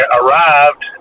arrived